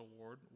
Award